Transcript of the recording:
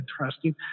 interesting